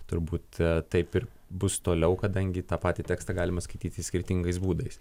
turbūt taip ir bus toliau kadangi tą patį tekstą galime skaityti skirtingais būdais